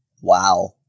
wow